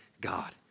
God